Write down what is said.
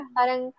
Parang